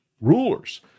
rulers